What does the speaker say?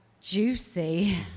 juicy